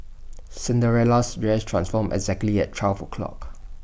Cinderella's dress transformed exactly at twelve o' clock